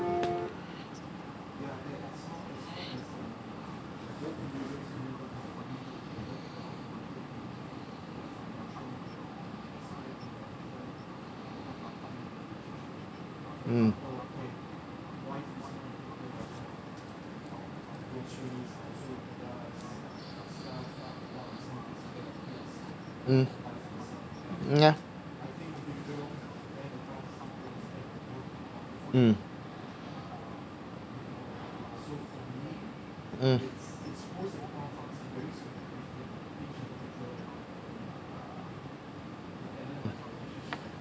mm uh yeah um uh